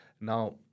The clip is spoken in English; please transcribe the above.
Now